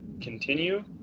continue